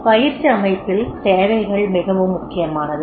பயிற்சி அமைப்பில் தேவைகள் மிகவும் முக்கியமானது